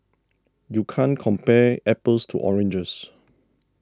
you can't compare apples to oranges